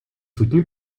soutenu